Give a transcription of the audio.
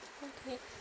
okay